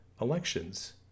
elections